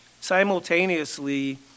simultaneously